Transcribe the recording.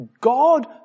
God